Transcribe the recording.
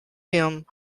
him